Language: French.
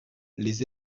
les